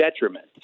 detriment